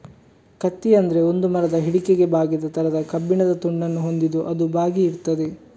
ಕತ್ತಿ ಅಂದ್ರೆ ಒಂದು ಮರದ ಹಿಡಿಕೆಗೆ ಬಾಗಿದ ತರದ ಕಬ್ಬಿಣದ ತುಂಡನ್ನ ಹೊಂದಿದ್ದು ಅದು ಬಾಗಿ ಇರ್ತದೆ